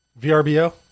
VRBO